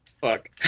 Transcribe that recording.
Fuck